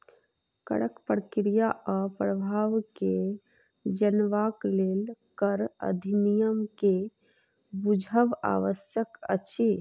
करक प्रक्रिया आ प्रभाव के जनबाक लेल कर अधिनियम के बुझब आवश्यक अछि